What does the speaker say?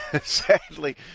sadly